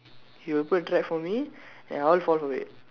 he will put a trap for me and I'll fall for it